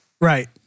Right